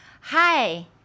Hi